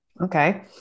Okay